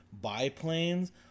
biplanes